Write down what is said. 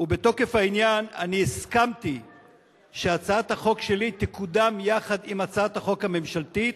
ובתוקף העניין הסכמתי שהצעת החוק שלי תקודם יחד עם הצעת החוק הממשלתית,